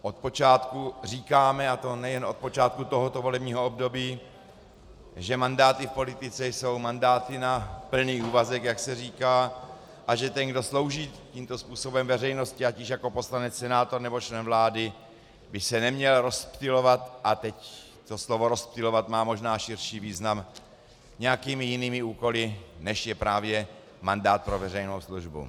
Od počátku říkáme, a to nejen od počátku tohoto volebního období, že mandáty v politice jsou mandáty na plný úvazek, jak se říká, a že ten, kdo slouží tímto způsobem veřejnosti, ať již jako poslanec, senátor, nebo člen vlády, by se neměl rozptylovat a teď to slovo rozptylovat má možná širší význam nějakými jinými úkoly, než je právě mandát pro veřejnou službu.